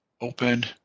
open